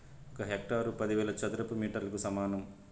ఒక హెక్టారు పదివేల చదరపు మీటర్లకు సమానం